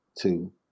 two